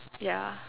yeah